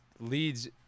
leads